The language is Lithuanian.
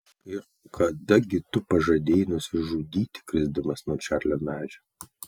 ir kada gi tu pažadėjai nusižudyti krisdamas nuo čarlio medžio